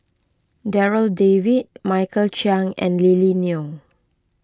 Darryl David Michael Chiang and Lily Neo